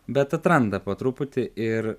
bet atranda po truputį ir